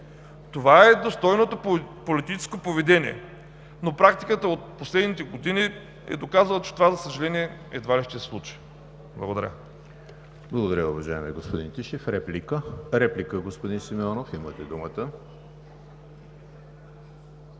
Това е достойното политическо поведение, но практиката от последните години е доказала, че това, за съжаление, едва ли ще се случи. Благодаря. ПРЕДСЕДАТЕЛ ЕМИЛ ХРИСТОВ: Благодаря, уважаеми господин Тишев. Реплика? Уважаеми господин Симеонов, имате думата